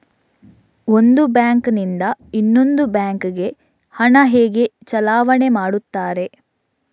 ಒಂದು ಬ್ಯಾಂಕ್ ನಿಂದ ಇನ್ನೊಂದು ಬ್ಯಾಂಕ್ ಗೆ ಹಣ ಹೇಗೆ ಚಲಾವಣೆ ಮಾಡುತ್ತಾರೆ?